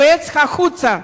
יועץ, החוצה.